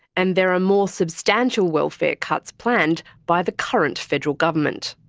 and there are more substantial welfare cuts planned by the current federal government.